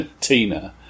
Tina